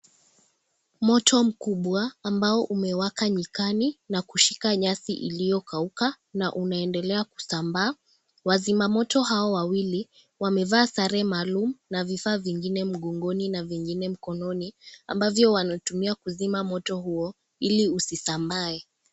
Moto mkubwa ambao umewaka nyikani na kushika nyasi ilio kauka na unandelea kusambaa. Wazima moto hao wawili wamevaa sare maalum na vifaa vingine mgongoni na vingine mkononi ambavyo wanotumia kuzima moto huo ili usisambae.